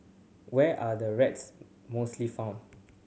where are the rats mostly found